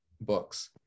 books